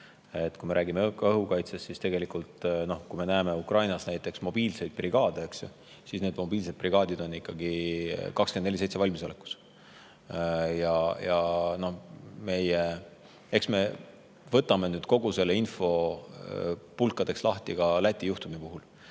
Kui me räägime õhukaitsest, siis tegelikult, kui me näeme Ukrainas näiteks mobiilseid brigaade, siis need mobiilsed brigaadid on ikkagi 24/7 valmisolekus. Eks me võtame nüüd kogu selle info pulkadeks lahti ka Läti juhtumi puhul